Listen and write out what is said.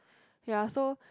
ya so